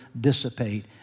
dissipate